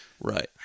Right